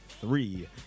three